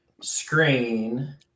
screen